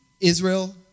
Israel